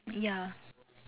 ya